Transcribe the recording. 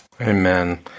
amen